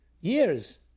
years